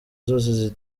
zose